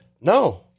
No